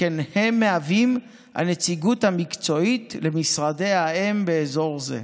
שכן הם מהווים את הנציגות המקצועית של משרדי האם באזור זה.